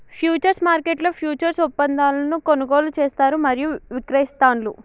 futures మార్కెట్లో futures ఒప్పందాలను కొనుగోలు చేస్తారు మరియు విక్రయిస్తాండ్రు